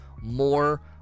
more